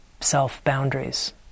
self-boundaries